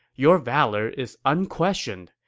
your valor is unquestioned,